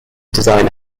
design